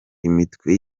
imitwe